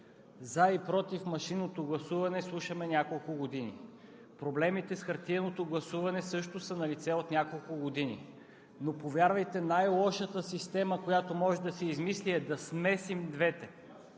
„За“ и „против“ машинното гласуване слушаме няколко години. Проблемите с хартиеното гласуване също са налице от няколко години. Повярвайте, най-лошата система, която може да се измисли, е да смесим двете.